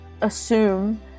Assume